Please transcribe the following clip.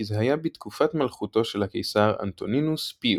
זה היה בתקופת מלכותו של הקיסר אנטונינוס פיוס,